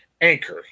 Anchor